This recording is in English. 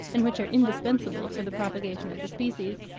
and which are indispensable for the propagation of the species,